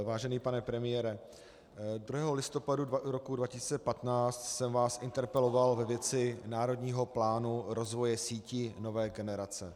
Vážený pane premiére, 1. listopadu roku 2015 jsem vás interpeloval ve věci Národního plánu rozvoje sítí nové generace.